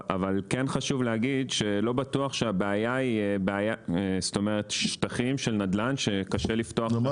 אבל כן חשוב להגיד שלא בטוח שהבעיה היא שטחים של נדל"ן שקשה לפתוח אותם.